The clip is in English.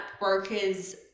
broker's